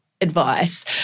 advice